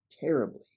terribly